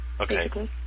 okay